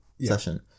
session